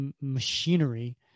machinery